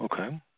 Okay